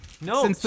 no